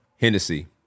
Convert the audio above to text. Hennessy